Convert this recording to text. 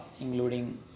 including